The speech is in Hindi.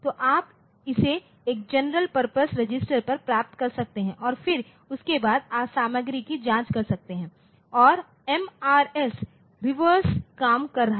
तो आप इसे एक जनरल पर्पस रजिस्टर पर प्राप्त कर सकते हैं और फिर उसके बाद आप सामग्री की जांच कर सकते हैं और MRS रिवर्स काम कर रहा है